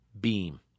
Beam